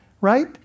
right